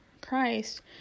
Christ